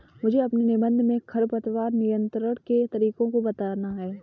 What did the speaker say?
मुझे अपने निबंध में खरपतवार नियंत्रण के तरीकों को बताना है